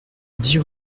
dix